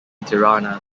tirana